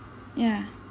ya